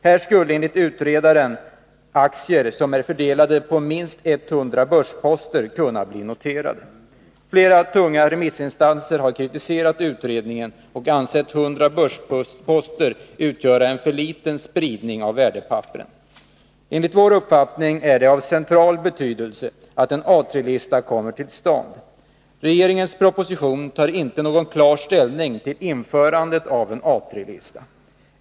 Här skulle enligt utredaren aktier som är fördelade på minst 100 börsposter kunna bli noterade. Flera tunga remissinstanser har kritiserat utredningen och ansett att 100 börsposter utgör en för liten spridning av värdepapperna. Enligt vår uppfattning är det av central betydelse att en A III-lista kommer tillstånd. I regeringens proposition tas inte någon klar ställning till införandet av en A III-lista.